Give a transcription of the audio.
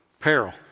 peril